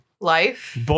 life